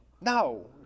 No